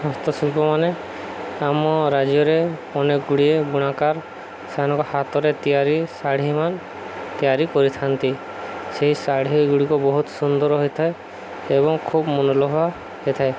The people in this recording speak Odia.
ହସ୍ତଶିଳ୍ପ ମାନେ ଆମ ରାଜ୍ୟରେ ଅନେକ ଗୁଡ଼ିଏ ବୁଣାକାର୍ ସେମାନଙ୍କ ହାତରେ ତିଆରି ଶାଢ଼ୀମାନେ ତିଆରି କରିଥାନ୍ତି ସେହି ଶାଢ଼ୀ ଗୁଡ଼ିକ ବହୁତ ସୁନ୍ଦର ହୋଇଥାଏ ଏବଂ ଖୁବ ମନୋଲୋଭ ହେଇଥାଏ